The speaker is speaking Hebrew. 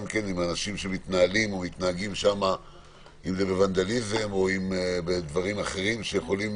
אנשים שמתנהגים בוונדליזם או בדברים אחרים שיכולים